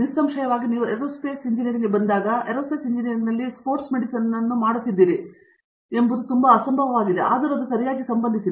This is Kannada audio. ನಿಸ್ಸಂಶಯವಾಗಿ ನೀವು ಏರೋಸ್ಪೇಸ್ ಎಂಜಿನಿಯರಿಂಗ್ಗೆ ಬಂದಾಗ ಏರೋಸ್ಪೇಸ್ ಇಂಜಿನಿಯರಿಂಗ್ನಲ್ಲಿ ನೀವು ಸ್ಪೋರ್ಟ್ಸ್ ಮೆಡಿಸಿನ್ ಅನ್ನು ಮಾಡುತ್ತಿದ್ದೀರಿ ಎಂಬುದು ತುಂಬಾ ಅಸಂಭವವಾಗಿದೆ ಆದರೂ ಅದು ಸರಿಯಾಗಿ ಸಂಬಂಧಿಸಿದೆ